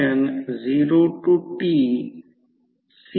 म्हणून I0 flux तयार करते आणि फ्लक्ससोबत फेजमध्ये आहे